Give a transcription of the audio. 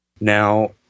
now